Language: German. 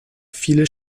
viele